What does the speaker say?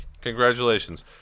Congratulations